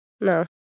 no